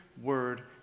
word